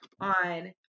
on